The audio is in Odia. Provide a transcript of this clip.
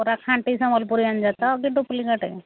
ପୁରା ଖାଣ୍ଟି ସମ୍ବଲପୁରୀ ଆଣିଛ ତ କି ଡୁପ୍ଲିକେଟ୍